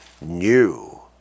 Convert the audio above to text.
new